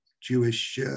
Jewish